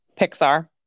pixar